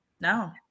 No